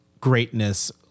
greatness